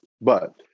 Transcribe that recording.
But-